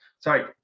sorry